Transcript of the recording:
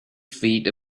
feet